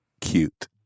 cute